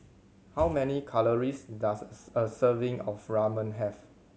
how many calories does a serving of Ramen have